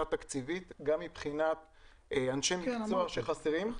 תקציבית וגם מבחינת אנשי מקצוע שחסרים.